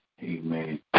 Amen